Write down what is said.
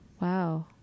wow